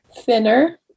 thinner